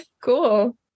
cool